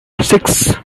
six